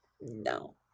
No